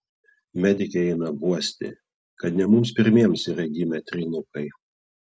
medikė ėmė guosti kad ne mums pirmiems yra gimę trynukai